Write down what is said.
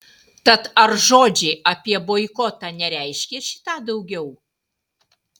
tad ar žodžiai apie boikotą nereiškia šį tą daugiau